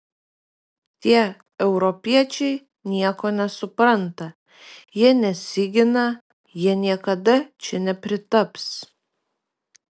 tie europiečiai nieko nesupranta jie nesigina jie niekada čia nepritaps